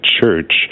Church